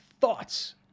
Thoughts